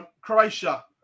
Croatia